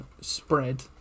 spread